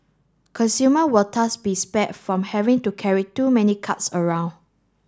consumer will thus be spared from having to carry too many cards around